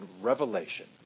Revelation